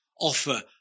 offer